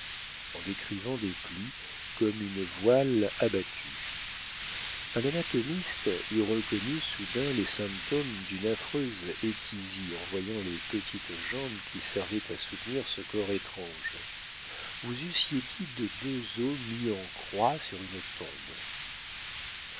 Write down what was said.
en décrivant des plis comme une voile abattue un anatomiste eût reconnu soudain les symptômes d'une affreuse étisie en voyant les petites jambes qui servaient à soutenir ce corps étrange vous eussiez dit de deux os mis en croix sur une tombe